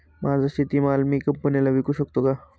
माझा शेतीमाल मी कंपनीला विकू शकतो का?